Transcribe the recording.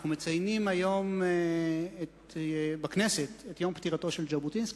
אנחנו מציינים היום בכנסת את יום פטירתו של ז'בוטינסקי,